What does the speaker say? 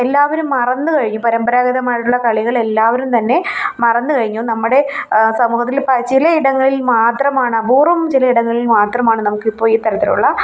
എല്ലാവരും മറന്നു കഴിയും പരമ്പരാഗതമായിട്ടുള്ള കളികളെല്ലാവരും തന്നെ മറന്നു കഴിഞ്ഞു നമ്മുടെ സമൂഹത്തിൽ പ്പ ചില ഇടങ്ങളിൽ മാത്രമാണ് അപൂർവം ചില ഇടങ്ങളിൽ മാത്രമാണ് നമുക്കിപ്പോള് ഈ തരത്തിലുള്ള